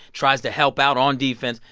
tries to help out on defense,